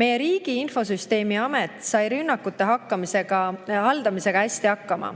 Meie Riigi Infosüsteemi Amet sai rünnakute haldamisega hästi hakkama.